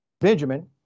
Benjamin